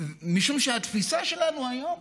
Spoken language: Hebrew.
משום שהתפיסה שלנו היום,